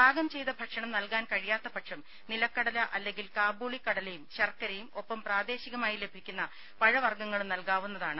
പാകം ചെയ്ത ഭക്ഷണം നൽകാൻ കഴിയാത്ത പക്ഷം നിലക്കടല അല്ലെങ്കിൽ കാബൂളി കടലയും ശർക്കരയും ഒപ്പം പ്രാദേശികമായി ലഭിക്കുന്ന പഴവർഗ്ഗങ്ങളും നൽകാവുന്നതാണ്